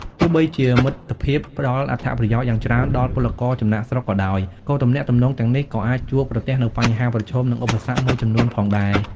ទោះបីជាមិត្តភាពផ្ដល់អត្ថប្រយោជន៍យ៉ាងច្រើនដល់ពលករចំណាកស្រុកក៏ដោយ ក៏ទំនាក់ទំនងទាំងនេះក៏អាចជួបប្រទះនូវបញ្ហាប្រឈម និងឧបសគ្គមួយចំនួនផងដែរ ។